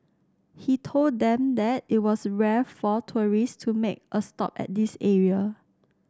he told them that it was rare for tourists to make a stop at this area